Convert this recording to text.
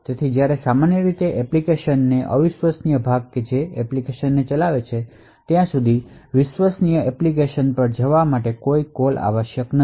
તેથી જ્યારે સામાન્ય રીતે તે એપ્લિકેશન નો અવિશ્વસનીય ભાગ હશે જે એપ્લિકેશન ચલાવે છે ત્યાં સુધી તેને ચલાવવામાં આવશે જ્યાં સુધી વિશ્વસનીય એપ્લિકેશન પર જવા માટે કોઈ કોલ આવશ્યક નથી